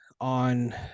on